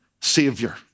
Savior